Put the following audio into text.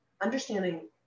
understanding